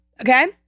Okay